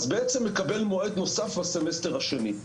בעצם מקבל מועד נוסף בסמסטר השני.